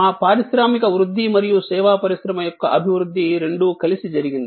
మా పారిశ్రామిక వృద్ధి మరియు సేవా పరిశ్రమ యొక్క అభివృద్ధి రెండూ కలిసి జరిగింది